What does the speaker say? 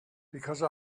because